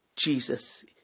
Jesus